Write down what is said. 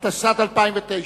התש"ע 2009,